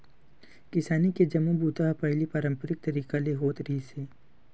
किसानी के जम्मो बूता ह पहिली पारंपरिक तरीका ले होत रिहिस हे